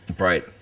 Right